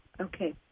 Okay